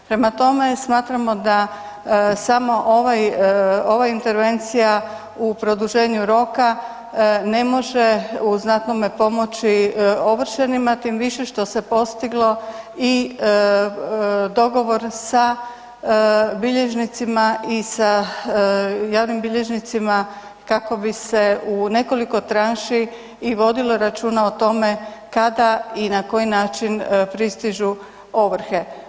Prema tome, smatramo da samo ova intervencija u produženju roka, ne može u znatnome pomoći ovršenima tim više što se postiglo i dogovor sa bilježnicima i sa javni bilježnicima kako bi se u nekoliko tranši i vodilo računa o tome kada i na koji način pristižu ovrhe.